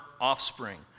offspring